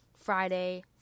Friday